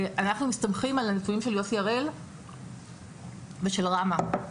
אנחנו מסתמכים על הנתונים של יוסי הראל ושל ראמ"ה.